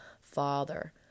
father